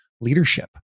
leadership